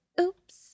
oops